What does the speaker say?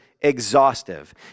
exhaustive